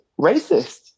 racist